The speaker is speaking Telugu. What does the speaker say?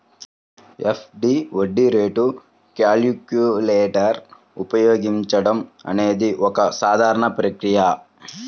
ఎఫ్.డి వడ్డీ రేటు క్యాలిక్యులేటర్ ఉపయోగించడం అనేది ఒక సాధారణ ప్రక్రియ